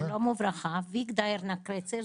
ויגדה ארנה קרצר,